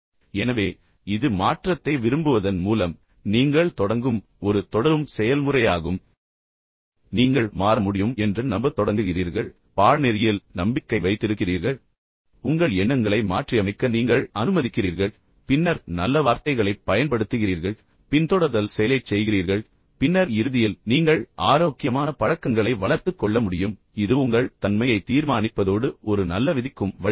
எனவே இது மாற்றத்தை விரும்புவதன் மூலம் நீங்கள் தொடங்கும் ஒரு தொடரும் செயல்முறையாகும் நீங்கள் மாற முடியும் என்று நம்பத் தொடங்குகிறீர்கள் நீங்கள் பாடநெறியில் நம்பிக்கை வைத்திருக்கிறீர்கள் பின்னர் உங்கள் எண்ணங்களை மாற்றியமைக்க நீங்கள் அனுமதிக்கிறீர்கள் பின்னர் நல்ல வார்த்தைகளைப் பயன்படுத்துகிறீர்கள் பின்தொடர்தல் செயலைச் செய்கிறீர்கள் பின்னர் இறுதியில் நீங்கள் ஆரோக்கியமான பழக்கங்களை வளர்த்துக் கொள்ள முடியும் இது உங்கள் தன்மையை தீர்மானிப்பதோடு ஒரு நல்ல விதிக்கும் வழிவகுக்கும்